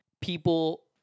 people